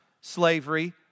slavery